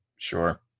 Sure